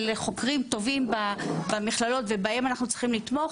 חוקרים טובים במכללות ובהם אנחנו צריכים לתמוך,